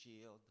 shield